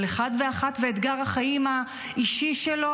כל אחד ואחת ואתגר החיים האישי שלו,